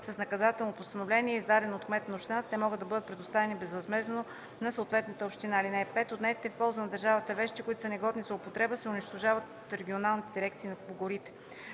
с наказателно постановление, издадено от кмет на община, те могат да бъдат предоставени безвъзмездно на съответната община. (5) Отнетите в полза на държавата вещи, които са негодни за употреба, се унищожават от регионалните дирекции по горите.